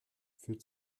für